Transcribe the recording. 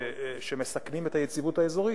שמסכנים את היציבות האזורית,